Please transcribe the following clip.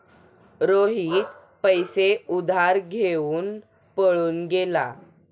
रोहित पैसे उधार घेऊन पळून गेला